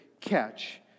catch